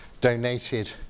donated